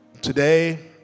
Today